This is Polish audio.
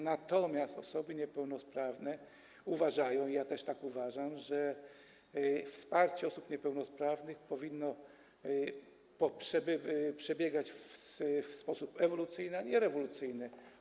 Natomiast osoby niepełnosprawne uważają - i ja też tak uważam - że wsparcie osób niepełnosprawnych powinno przebiegać w sposób ewolucyjny, a nie rewolucyjny.